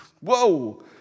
Whoa